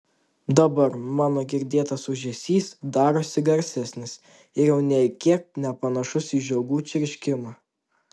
dabar mano girdėtas ūžesys darosi garsesnis ir jau nė kiek nepanašus į žiogų čirškimą